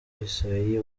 isaie